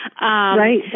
Right